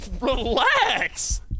Relax